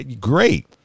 Great